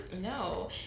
No